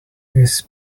this